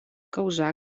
causar